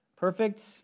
perfect